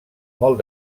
molt